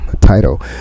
title